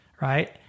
right